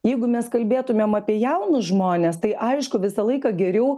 jeigu mes kalbėtumėm apie jaunus žmones tai aišku visą laiką geriau